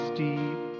deep